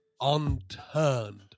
unturned